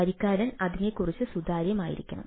വരിക്കാരൻ അതിനെക്കുറിച്ച് സുതാര്യമായിരിക്കണം